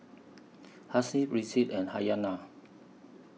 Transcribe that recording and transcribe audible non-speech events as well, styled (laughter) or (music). Hasif Rizqi and (unintelligible)